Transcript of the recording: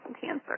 cancer